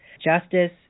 justice